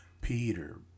Peter